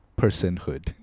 personhood